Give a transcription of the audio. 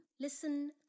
listen